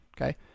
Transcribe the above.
Okay